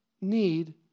need